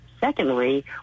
Secondly